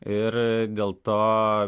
ir dėl to